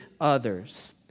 others